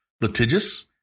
litigious